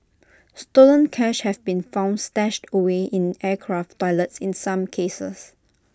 stolen cash have been found stashed away in aircraft toilets in some cases